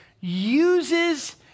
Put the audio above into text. uses